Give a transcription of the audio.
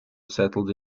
settled